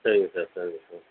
சரிங்க சார் சரிங்க சார்